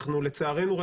לצערנו,